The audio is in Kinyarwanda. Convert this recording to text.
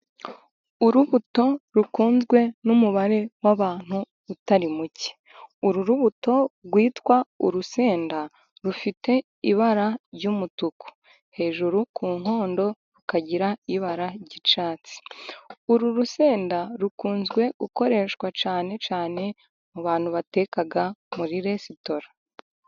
Urubuto rukunzwe n'umubare w'abantu utari muke, uru rubuto rwitwa urusenda rufite ibara ry'umutuku, hejuru ku nkondo rukagira ibara ry'icyatsi, uru rusenda rukunzwe gukoreshwa cyane cyane, mu bantu bateka muri resitora.